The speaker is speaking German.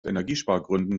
energiespargründen